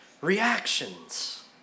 reactions